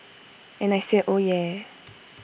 and I said oh yeah